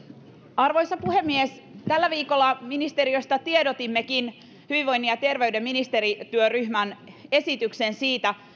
arvoisa puhemies tällä viikolla ministeriöstä tiedotimmekin hyvinvoinnin ja terveyden ministerityöryhmän esityksen siitä